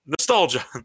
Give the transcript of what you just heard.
Nostalgia